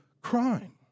crime